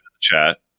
chat